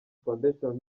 foundation